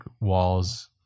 walls